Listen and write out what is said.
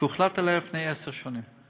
שהוחלט עליו לפני עשר שנים.